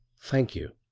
thank you,